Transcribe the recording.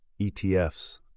ETFs